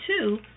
two